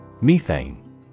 Methane